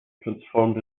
transformed